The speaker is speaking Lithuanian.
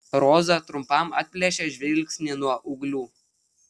roza trumpam atplėšė žvilgsnį nuo ūglių